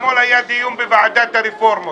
אתמול היה דיון בוועדת הרפורמות,